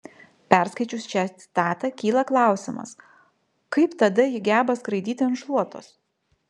perskaičius šią citatą kyla klausimas kaip tada ji geba skraidyti ant šluotos